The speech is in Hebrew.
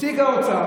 תיק האוצר,